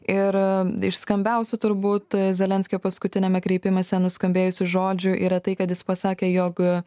ir iš skambiausių turbūt zelenskio paskutiniame kreipimęsi nuskambėjusių žodžių yra tai kad jis pasakė jog